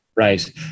Right